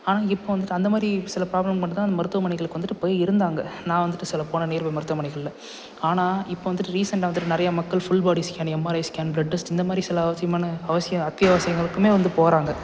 ஆனால் இப்போ வந்துவிட்டு அந்த மாதிரி சில ப்ராப்ளம் மட்டும்தான் மருத்துவமனைகளுக்கு வந்துவிட்டு போய் இருந்தாங்க நான் வந்துவிட்டு சொல்லப் போனா நியர்பை மருத்துவமனைகளில் ஆனால் இப்போ வந்துவிட்டு ரீசெண்ட்டாக வந்துவிட்டு நிறைய மக்கள் full body scan MRI scan blood test இந்த மாதிரி சில அவசியமான அவசிய அத்தியாவசங்களுக்குமே வந்து போகறாங்க